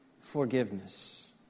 forgiveness